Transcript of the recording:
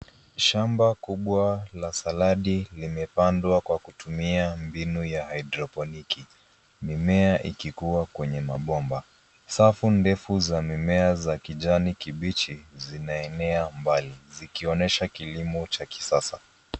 Shamba kubwa la saladi limepandwa kwa kutumia mbinu ya hydroponiki, mimea ikikua kwenye mabomba. Safu ndefu za mimea ya kijani kibichi zinaenea mbali zikionyesha kilimo cha kisasa.